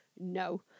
no